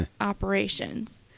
operations